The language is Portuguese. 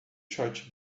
short